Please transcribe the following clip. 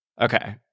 Okay